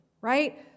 right